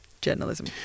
journalism